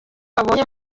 babonye